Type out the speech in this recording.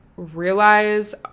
realize